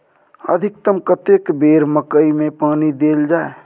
अधिकतम कतेक बेर मकई मे पानी देल जाय?